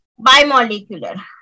bimolecular